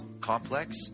Complex